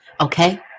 Okay